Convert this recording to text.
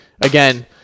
again